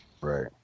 Right